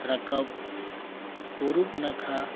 ᱨᱟᱠᱟᱵ ᱯᱩᱨᱩᱵᱽ ᱱᱟᱠᱷᱟ